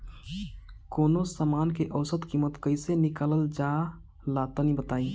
कवनो समान के औसत कीमत कैसे निकालल जा ला तनी बताई?